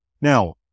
Now